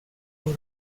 por